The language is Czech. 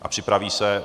A připraví se...